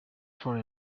for